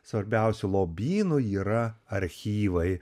svarbiausiu lobynu yra archyvai